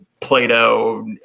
Plato